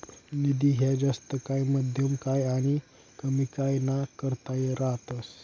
निधी ह्या जास्त काय, मध्यम काय आनी कमी काय ना करता रातस